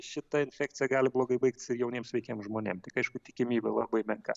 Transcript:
šita infekcija gali blogai baigtis ir jauniem sveikiem žmonėm tik aišku tikimybė labai menka